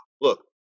look